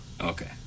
Okay